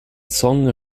song